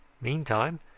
Meantime